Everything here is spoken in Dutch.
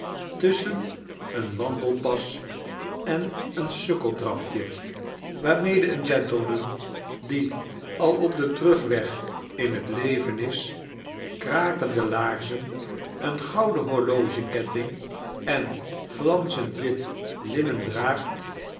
tusschen een wandelpas en een sukkeldrafje waarmede een gentle man die al op den terugweg in het leven is krakende laa rzen een gouden horlogeketting en glanzend wit linnen draagt